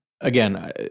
again